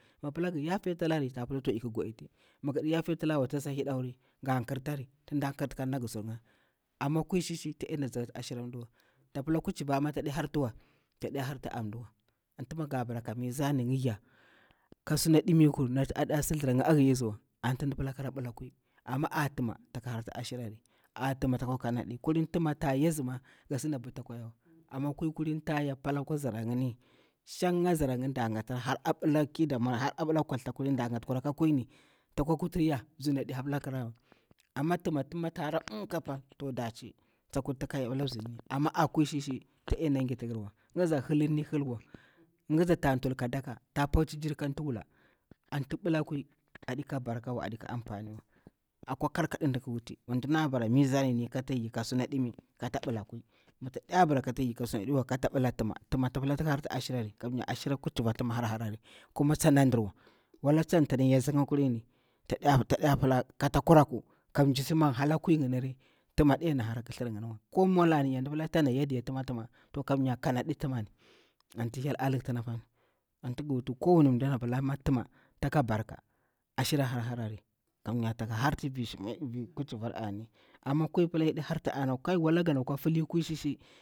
toh iƙu guditi, maga pila gadiya yafitalawa, tasa hidauri gah nƙur tari tin dah ƙatari kadi nagu rurnkha ama kwai shi- shi tina zakti ashira ndawa. Tapilama kugivimah tadi hartuwa tadiya harti a nɗawa anti nmah gara kah mizaninkha yah ka suna dimi kur nati adasi lharnkha ashiyazuna ati nda palah kara blah kwai. Amah a tumah takah arti ashirari tima taka kanadi, kulin tima tah yah azima. gasindama taƙwa yawa, amah kwai kulin tayah pal akwa zarangani shinkha. Zarank ni dah hgatari har ablaki da nmwa, har a blah kulta ɗa ngati ƙurakah ƙwani takwa kutir yah ɓizimiddi hablah karawa. Amah tima mahara ah ka pal toh dashi, tak kutika yah brzirn, amah a kwai shishi tidina ngiti ngarwa nguzi hulini hulwa. ngazi ta tul kadaka, ta bati girkah duwulah anti palah kwai adikah barkawa tadi kah anfaniwa. Akwa karkadu ndiƙuwuti. Amah ndina bara mizanini katayi kah suna dimi kata ɓalah kwai. Amah tayah bara kata yi ka suna dimiwa, kata ɓala tima tipila tak hati ashirari kuchiva tima harharari. kuma tsana ndirwa. waitanta yah asinkha kalin taɗiya pila kata kuraku kanji si man halah kuyi ngnir tima dinahara sunganiwa, ku nmwala andir yah tima timah toh kamiya kamɗi timani anti hyel alutini apani. ati guwuta kuwani ndah mah tima takah barkan ashira. har- harari kamiya ta harti vi kuchiviari ani, amah kwai palah yadi harti anawa.